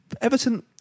Everton